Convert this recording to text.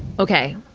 okay.